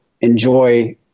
enjoy